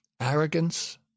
arrogance